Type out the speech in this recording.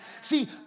See